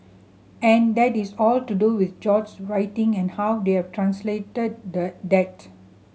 and that is all to do with George's writing and how they have translated that